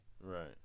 Right